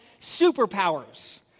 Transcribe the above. superpowers